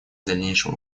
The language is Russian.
дальнейшего